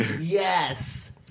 yes